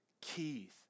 Keith